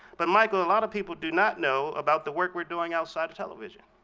but michael, a lot of people do not know about the work we're doing outside of television.